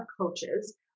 coaches